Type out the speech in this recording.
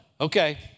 Okay